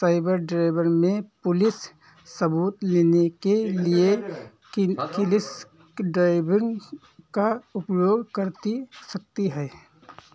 cyber driver में police सबूत लेने के लिए का उपयोग करती सकती है